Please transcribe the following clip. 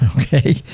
okay